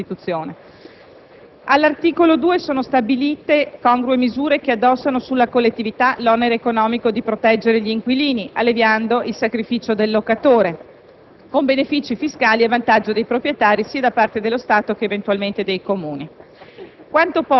All'articolo 2 sono stabilite congrue misure che addossano alla collettività l'onere economico di proteggere gli inquilini, alleviando il sacrificio del locatore,